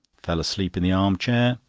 fell asleep in the arm-chair,